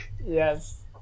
Yes